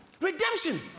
Redemption